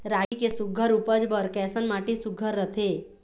रागी के सुघ्घर उपज बर कैसन माटी सुघ्घर रथे?